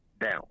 down